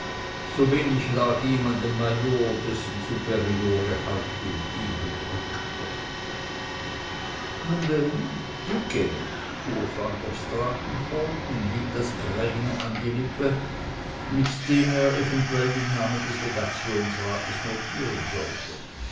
so wenig lag ihm an dem major dessen superiore haltung ihn bedrückte nun denn duquede fuhr van der straaten fort und hielt das krayon an die lippe mit dem er eventuell den namen des legationsrates notieren wollte